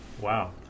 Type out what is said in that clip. Wow